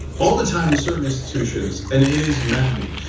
all the time to certain institutions, and it is maddening.